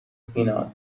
فینال